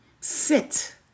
sit